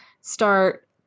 start